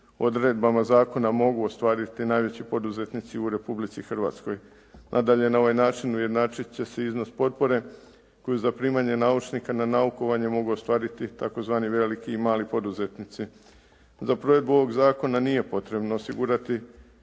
odredbama zakona mogu ostvariti najveći poduzetnici u Republici Hrvatskoj. Nadalje, na ovaj način ujednačiti će se iznos potpore koju za primanje naučnika na naukovanje mogu ostvariti tzv. veliki i mali poduzetnici. Za provedbu ovog zakona nije potrebno osigurati